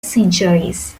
centuries